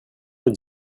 vont